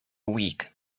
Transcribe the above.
week